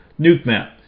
NukeMap